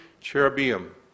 cherubim